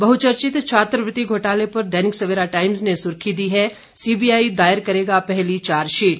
बहचर्चित छात्रवृति घोटाले पर दैनिक सवेरा टाइम्स ने सुर्खी दी है सीबीआई दायर करेगा पहली चार्जशीट